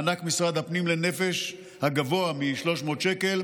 מענק משרד הפנים לנפש הגבוה מ-300 שקלים